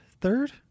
Third